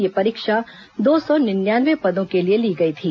यह परीक्षा दो सौ निन्यानवे पदों के लिए ली गई थी